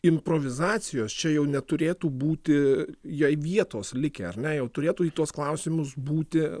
improvizacijos čia jau neturėtų būti jai vietos likę ar ne jau turėtų į tuos klausimus būti